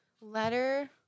Letter